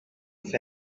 fence